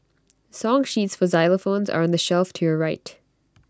song sheets for xylophones are on the shelf to your right